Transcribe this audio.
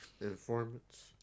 informants